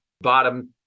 bottom